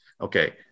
Okay